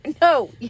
No